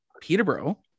Peterborough